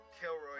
Kilroy